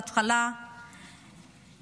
בהתחלה,